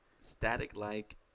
static-like